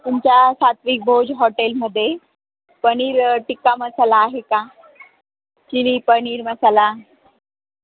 तुमच्या सात्विक भोज हॉटेलमध्ये पनीर टिक्का मसाला आहे का चिली पनीर मसाला